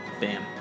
bam